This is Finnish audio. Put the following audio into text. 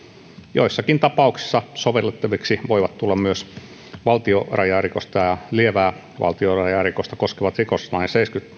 joissakin tapauksissa sovellettaviksi voivat tulla myös valtionrajarikosta ja lievää valtionrajarikosta koskevat rikoslain